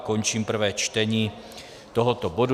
Končím prvé čtení tohoto bodu.